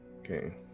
Okay